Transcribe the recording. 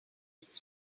figure